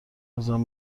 ازم